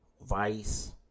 Vice